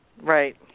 Right